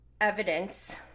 evidence